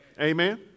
Amen